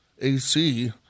AC